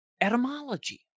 etymology